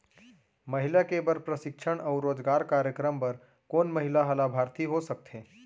महिला के बर प्रशिक्षण अऊ रोजगार कार्यक्रम बर कोन महिला ह लाभार्थी हो सकथे?